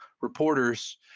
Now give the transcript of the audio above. reporters